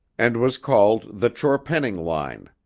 and was called the chorpenning line.